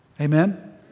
Amen